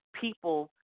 people